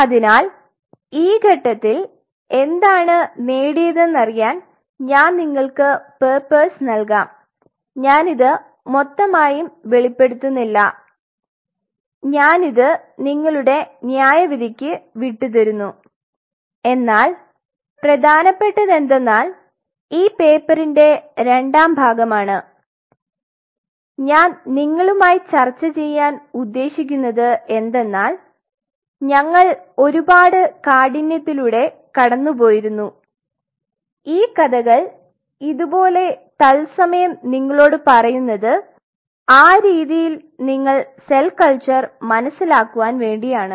അതിനാൽ ഈ ഘട്ടത്തിൽ എന്താണ് നേടിയതെന്നറിയാൻ ഞാൻ നിങ്ങൾക് പേപ്പേഴ്സ് നൽകാം ഞാൻ ഇത് മൊത്തമായും വെളിപ്പെടുത്തുന്നില്ല ഞാൻ ഇത് നിങ്ങളുടെ ന്യായവിധിക്ക് വിട്ടുതരുന്നു എന്നാൽ പ്രേദനപെട്ടതെന്തെന്നാൽ ഈ പേപ്പറിന്റെ രണ്ടാം ഭാഗമാണ് ഞാൻ നിങ്ങളുമായി ചർച്ച ചെയ്യാൻ ഉദ്ദേശിക്കുന്നത് എന്തെന്നാൽ ഞങ്ങൾ ഒരുപാട് കാഠിന്യത്തിലൂടെ കടന്നുപോയിരുന്നു ഈ കഥക്കൾ ഇതുപോലെ തത്സമയം നിങ്ങളോടു പറയുന്നത് ആ രീതിയിൽ നിങ്ങൾ സെൽ കൾച്ചർ മനസിലാക്കുവാൻ വേണ്ടിയാണു